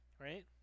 right